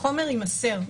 החומר יימסר.